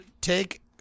take